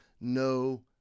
no